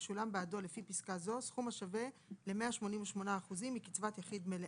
ישולם בעדו לפי פסקה זו סכום השווה ל- 188% מקצבת יחיד מלאה".